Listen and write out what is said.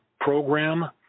program